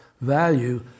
value